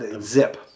Zip